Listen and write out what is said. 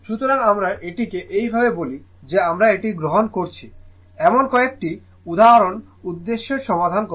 সুতরাং আমরা এটিকে এই ভাবে বলি যে আমরা এটি গ্রহণ করেছি এমন কয়েকটি উদাহরণ উদ্দেশ্যের সমাধান করে